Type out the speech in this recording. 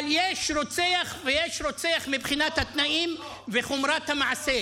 אבל יש רוצח ויש רוצח מבחינת התנאים וחומרת המעשה.